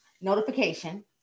notification